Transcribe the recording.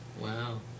Wow